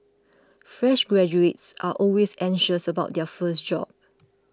fresh graduates are always anxious about their first job